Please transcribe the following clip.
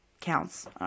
counts